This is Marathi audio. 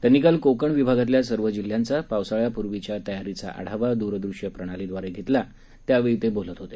त्यांनी काल कोकण विभागातल्या सर्व जिल्ह्यांचा पावसाळयापूर्वीच्या तयारीचा आढावा दूरदृश्य प्रणालीद्वारे घेतला त्यावेळी ते बोलत होते